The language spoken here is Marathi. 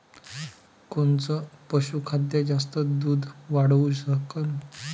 कोनचं पशुखाद्य जास्त दुध वाढवू शकन?